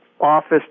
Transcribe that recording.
office